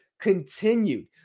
Continued